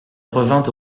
revint